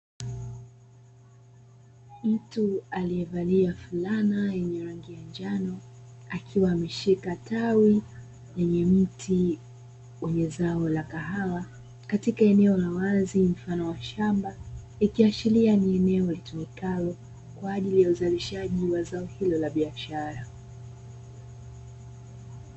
Mtu aliyevalia fulana yenye rangi ya njano, akiwa ameshika tawi lenye mti wenye zao la kahawa, katika eneo la wazi mfano wa shamba; ikiashiria ni eneo litumikalo kwa ajili ya uzalishaji wa zao hilo la biashara.